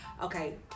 Okay